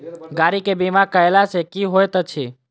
गाड़ी केँ बीमा कैला सँ की होइत अछि?